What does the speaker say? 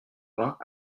vingt